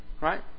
Right